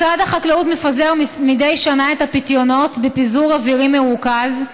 משרד החקלאות מפזר מדי שנה את הפיתיונות בפיזור אווירי מרוכז,